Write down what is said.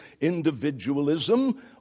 individualism